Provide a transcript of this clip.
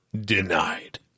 denied